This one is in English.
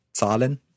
Zahlen